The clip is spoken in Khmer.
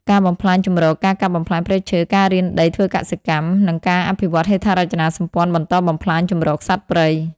ការបំផ្លាញជម្រក ការកាប់បំផ្លាញព្រៃឈើ ការរានដីធ្វើកសិកម្ម និងការអភិវឌ្ឍន៍ហេដ្ឋារចនាសម្ព័ន្ធបន្តបំផ្លាញជម្រកសត្វព្រៃ។